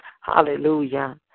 Hallelujah